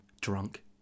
drunk